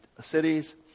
cities